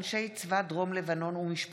(מענק חד-פעמי חלף הגדלת קצבאות הנכות לשנת 2020)